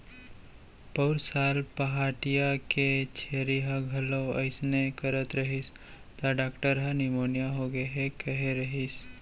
पउर साल पहाटिया के छेरी ह घलौ अइसने करत रहिस त डॉक्टर ह निमोनिया होगे हे कहे रहिस